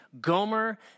Gomer